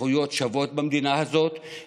או שילכו לבחירות וגנץ יתקפל עוד טיפה.